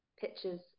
pictures